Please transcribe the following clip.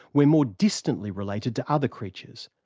we're more distantly related to other creatures,